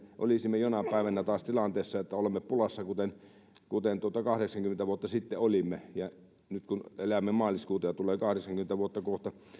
olisi jonain päivänä taas siinä tilanteessa että olemme pulassa kuten kuten kahdeksankymmentä vuotta sitten olimme nyt kun elämme maaliskuuta ja kohta tulee kahdeksankymmentä vuotta